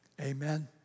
Amen